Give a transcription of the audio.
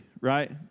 right